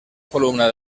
columna